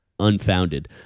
unfounded